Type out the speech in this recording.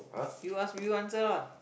you ask you answer lah